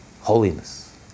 holiness